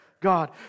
God